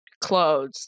clothes